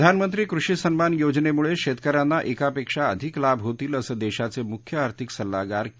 प्रधानमंत्री कृषी सन्मान योजनेमुळे शैतकऱ्यांना एकापेक्षा अधिक लाभ होतील असं देशाचे मुख्य आर्थिक सल्लागार के